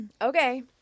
Okay